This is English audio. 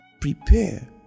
prepare